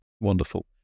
Wonderful